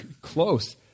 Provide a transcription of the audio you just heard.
close